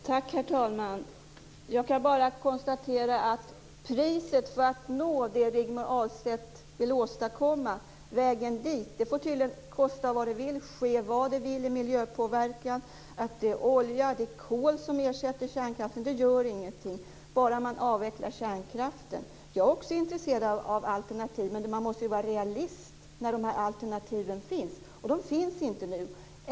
Herr talman! Jag kan bara konstatera att priset för att nå det Rigmor Ahlstedt vill åstadkomma, vägen dit, tydligen får kosta vad det vill. Det får ske vad det vill när det gäller miljöpåverkan. Att det är olja och kol som ersätter kärnkraften gör ingenting, bara man avvecklar kärnkraften. Jag är också intresserad av alternativ. Men man måste vara realist när väl alternativen finns. Men de finns inte nu.